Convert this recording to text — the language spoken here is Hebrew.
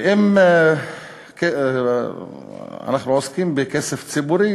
ואם אנחנו עוסקים בכסף ציבורי,